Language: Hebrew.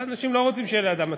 אנשים לא רוצים שתהיה לידם מטמנה.